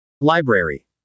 Library